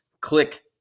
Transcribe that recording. click